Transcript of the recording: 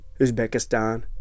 Uzbekistan